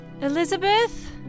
Elizabeth